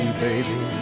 baby